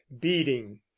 beating